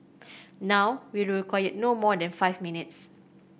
now we require no more than five minutes